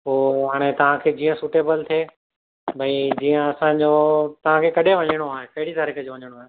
पोइ हाणे तव्हांखे जीअं सुटेबल थिए भई जीअं असांजो भई तव्हांखे कॾहिं वञिणो आहे कहिड़ी तारीख़ ते वञिणो आहे